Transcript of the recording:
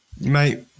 Mate